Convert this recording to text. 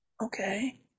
Okay